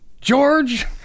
George